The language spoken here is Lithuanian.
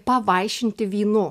pavaišinti vynu